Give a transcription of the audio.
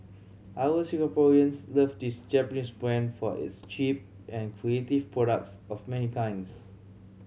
our Singaporeans love this Japanese brand for its cheap and creative products of many kinds